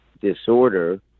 disorder